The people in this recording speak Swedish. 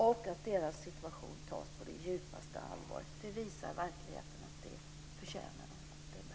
Verkligheten visar att de förtjänar att deras situation tas på djupaste allvar; det behöver de.